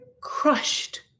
crushed